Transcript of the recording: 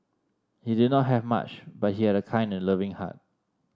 he did not have much but he had a kind and loving heart